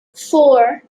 four